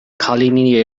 cailíní